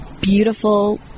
beautiful